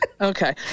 Okay